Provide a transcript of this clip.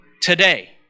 today